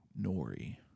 nori